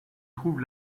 trouve